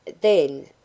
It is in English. Then